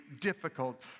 difficult